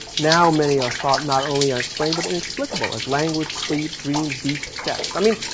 now many are thought not only unexplained, but inexplicable as language sleep, dreams, beast, sex. i mean